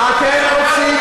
החוק.